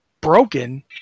broken